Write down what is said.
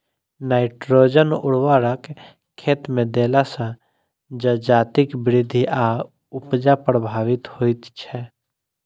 nitrogen उर्वरक खेतमे देला सॅ जजातिक वृद्धि आ उपजा प्रभावित होइत छै